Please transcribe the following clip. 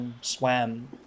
swam